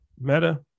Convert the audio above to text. Meta